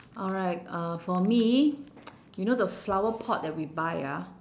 alright uh for me you know the flower pot that we buy ah